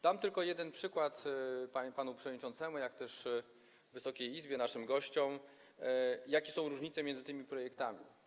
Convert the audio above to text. Dam tylko jeden przykład panu przewodniczącemu, jak też Wysokiej Izbie, naszym gościom, jakie są różnice między tymi projektami.